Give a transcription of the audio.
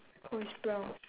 oh it's brown